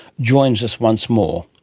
joins us once more.